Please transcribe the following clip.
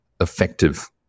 effective